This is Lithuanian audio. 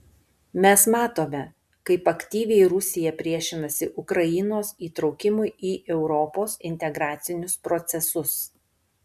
mes matome kaip aktyviai rusija priešinasi ukrainos įtraukimui į europos integracinius procesus